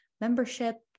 membership